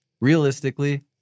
realistically